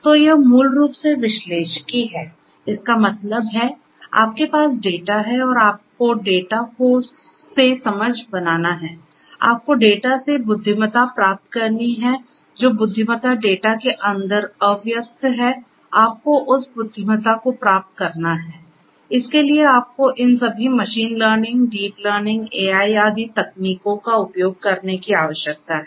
तो यह मूल रूप से विश्लेषिकी है इसका मतलब है आपके पास डेटा है और आपको डेटा से समझ बनाना है आपको डेटा से बुद्धिमत्ता प्राप्त करनी है जो बुद्धिमत्ता डेटा के अंदर अव्यक्त है आपको उस बुद्धिमत्ता को प्राप्त करना है इसके लिए आपको इन सभी machine learning deep learning AI आदि तकनीकों का उपयोग करने की आवश्यकता है